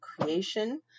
creation